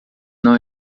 não